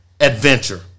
adventure